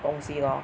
东西 lor